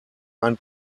ein